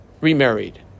remarried